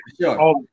sure